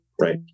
right